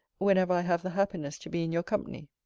whenever i have the happiness to be in your company.